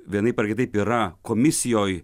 vienaip ar kitaip yra komisijoj